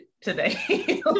today